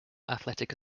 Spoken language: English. athletic